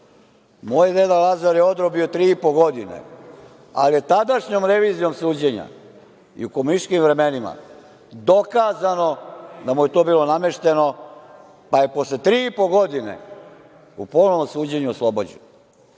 deda Lazar je odrobijao tri i po godine, ali tadašnjom revizijom suđenja i u komunističkim vremenima, dokazano je da mu je to bilo namešteno, pa je posle tri i po godine u ponovnom suđenju oslobođen. Ja